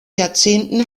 jahrzehnten